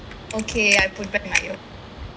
hi